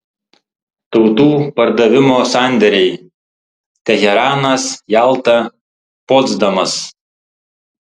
tautų pardavimo sandėriai teheranas jalta potsdamas